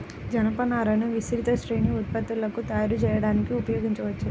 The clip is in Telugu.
జనపనారను విస్తృత శ్రేణి ఉత్పత్తులను తయారు చేయడానికి ఉపయోగించవచ్చు